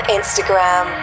Instagram